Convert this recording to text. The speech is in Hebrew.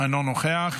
אינו נוכח,